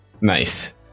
Nice